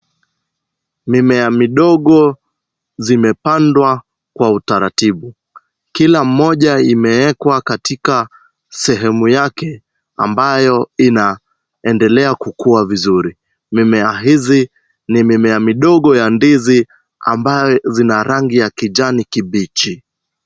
Mimea midogo imepandwa kwa utaratibu. Kila moja imeekwa katika sehemu yake ambayo inaendelea kukua vizuri. Mimea hii ni mimea midogo ya ndizi ambayo ina rangi ya kijani kibichi.